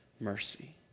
mercy